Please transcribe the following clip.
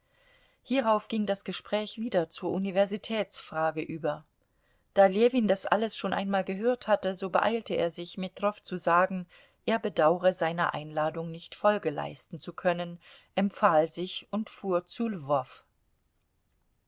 hierauf ging das gespräch wieder zur universitätsfrage über da ljewin das alles schon einmal gehört hatte so beeilte er sich metrow zu sagen er bedaure seiner einladung nicht folge leisten zu können empfahl sich und fuhr